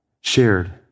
shared